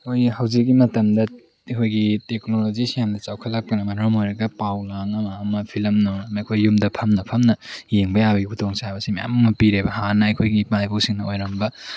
ꯈꯣꯏ ꯍꯧꯖꯤꯛꯀꯤ ꯃꯇꯝꯗ ꯑꯩꯈꯣꯏꯒꯤ ꯇꯦꯛꯅꯣꯂꯣꯖꯤꯁꯤ ꯌꯥꯝꯅ ꯆꯥꯎꯈꯠꯂꯛꯄꯅ ꯃꯔꯝ ꯑꯣꯏꯔꯒ ꯄꯥꯎ ꯂꯥꯡ ꯑꯃ ꯐꯤꯂꯝꯅ ꯃꯈꯣꯏ ꯌꯨꯝꯗ ꯐꯝꯅ ꯐꯝꯅ ꯌꯦꯡꯕ ꯌꯥꯕꯒꯤ ꯈꯨꯗꯣꯡ ꯆꯥꯕꯁꯤ ꯃꯌꯥꯝ ꯑꯃ ꯄꯤꯔꯦꯕ ꯍꯥꯟꯅ ꯑꯩꯈꯣꯏꯒꯤ ꯏꯄꯥ ꯏꯄꯨꯁꯤꯡꯅ ꯑꯣꯏꯔꯝꯕ